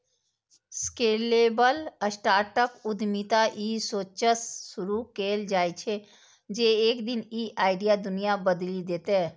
scalable startup उद्यमिता ई सोचसं शुरू कैल जाइ छै, जे एक दिन ई आइडिया दुनिया बदलि देतै